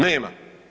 Nema.